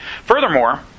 Furthermore